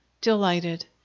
Delighted